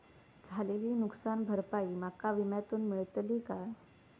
झालेली नुकसान भरपाई माका विम्यातून मेळतली काय?